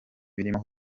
birimo